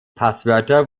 passwörter